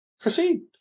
Proceed